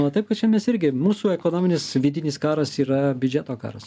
na taip kad čia mes irgi mūsų ekonominis vidinis karas yra biudžeto karas